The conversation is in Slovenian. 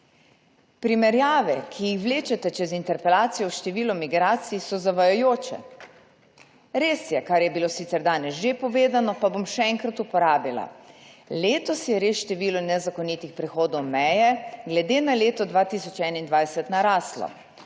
Primerjave, ki jih vlečete čez interpelacijo s številom migracij, so zavajajoče. Res je, kar je bilo sicer danes že povedano, pa bom še enkrat uporabila: letos je res število nezakonitih prehodov meje glede na leto 2021 naraslo,